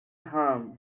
harm